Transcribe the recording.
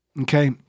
Okay